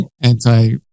anti